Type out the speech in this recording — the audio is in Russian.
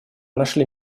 нашли